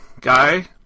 guy